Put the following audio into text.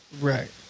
Right